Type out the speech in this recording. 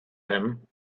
him